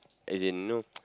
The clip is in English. as in you know